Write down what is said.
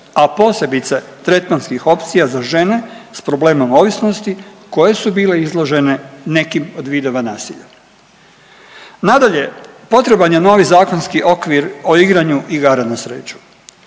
a posebice tretmanskih opcija za žene s problemom ovisnosti koje su bile izložene nekim od vidova nasilja. Nadalje, potreban je novi zakonski okvir o igranju igara na sreću.